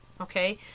Okay